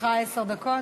הרווחה והבריאות נתקבלה.